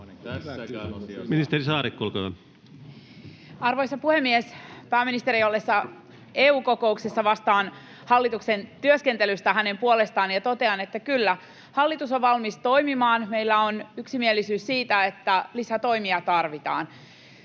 Arvoisa puhemies! Pääministerin ollessa EU-kokouksissa vastaan hallituksen työskentelystä hänen puolestaan ja totean, että kyllä, hallitus on valmis toimimaan. Meillä on yksimielisyys siitä, että lisätoimia tarvitaan.